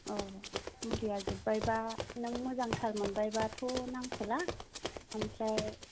अ मुलिया जोब्बायबा नों मोजांथार मोनबाय बाथ' नांथ'ला ओमफ्राय